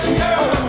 girl